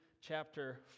chapter